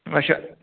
اچھا